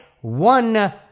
one